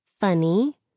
funny